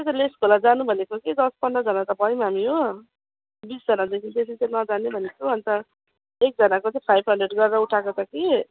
त्यही त लेस खोला जानु भनेको कि दस पन्ध्रजना त भयौँ हामी हो बिसजनादेखि त नजाने भनेको अन्त एकजनाको चाहिँ फाइभ हन्ड्रेड गरेर उठाएको छ कि